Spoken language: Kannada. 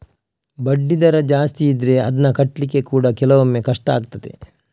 ಬಡ್ಡಿ ದರ ಜಾಸ್ತಿ ಇದ್ರೆ ಅದ್ನ ಕಟ್ಲಿಕ್ಕೆ ಕೂಡಾ ಕೆಲವೊಮ್ಮೆ ಕಷ್ಟ ಆಗ್ತದೆ